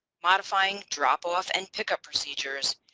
modifying drop-off and pickup procedures,